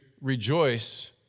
rejoice